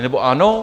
Nebo ano?